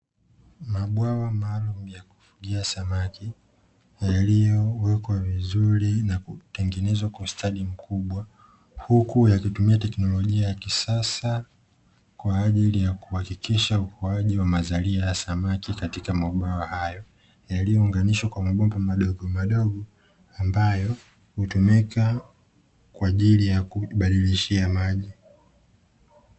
Mabwawa maalumu ya kufugia samaki yaliyowekwa vizuri na kutengenezwa kwa ustadi mkubwa; huku yakitumia teknolojia ya kisasa kwa ajili ya kuhakikisha ukuaji wa mazalia ya samaki katika mabwawa hayo, yaliounganishwa kwa mabomba madogo madogo ambayo hutumika kwa ajili ya kubadilishia maji.